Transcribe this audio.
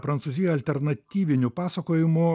prancūzijoj alternatyvinių pasakojimų